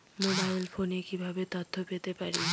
Mobile ফোনে কিভাবে তথ্য পেতে পারি?